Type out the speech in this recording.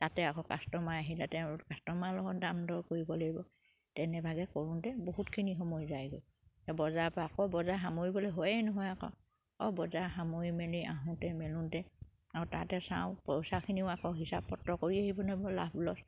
তাতে আকৌ কাষ্টমাৰ আহিলাতে কাষ্টমাৰৰ লগত দাম দৰ কৰিব লাগিব তেনেভাগে কৰোঁতে বহুতখিনি সময় যায়গৈ বজাৰ পৰা আকৌ বজাৰ সামৰিবলে হয়েই নহয় আকৌ আকৌ বজাৰ সামৰি মেলি আহোঁতে মেলোঁতে আৰু তাতে চাওঁ পইচাখিনিও আকৌ হিচাপ পত্ৰ কৰি আহিব লাভ লছ